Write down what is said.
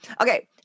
Okay